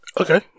Okay